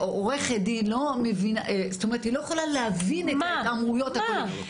עורכת דין לא יכולה להבין את ההתעמרויות האלה.